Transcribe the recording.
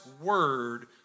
word